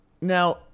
Now